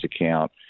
account